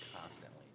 constantly